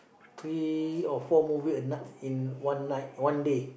three or four movie a night in one night one day